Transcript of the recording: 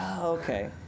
Okay